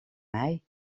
mij